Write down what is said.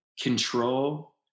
control